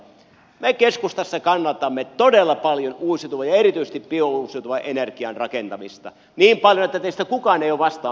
me keskustassa kannatamme todella paljon uusiutuvien ja erityisesti biouusiutuvan energian rakentamista niin paljon että teistä kukaan ei ole vastaavaa esittänyt